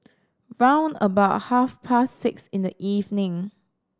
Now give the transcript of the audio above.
round about half past six in the evening